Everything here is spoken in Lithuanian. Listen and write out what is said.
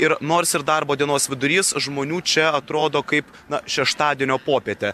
ir nors ir darbo dienos vidurys žmonių čia atrodo kaip na šeštadienio popietę